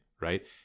Right